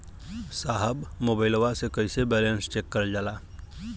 साहब मोबइलवा से कईसे बैलेंस चेक करल जाला?